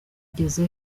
ugeze